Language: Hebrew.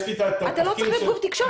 יש --- אתה לא צריך להיות גוף תקשורת,